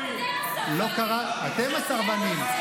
אתם הסרבנים.